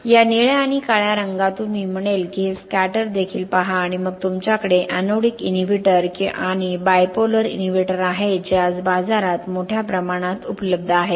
या निळ्या आणि काळ्या रंगातून मी म्हणेन की हे स्कॅटर देखील पहा आणि मग तुमच्याकडे एनोडिक इनहिबिटर आणि बायपोलर इनहिबिटर आहेत जे आज बाजारात मोठ्या प्रमाणात उपलब्ध आहेत